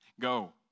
Go